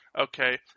okay